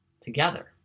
together